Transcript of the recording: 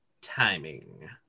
timing